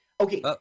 Okay